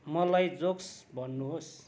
मलाई जोक्स भन्नु होस्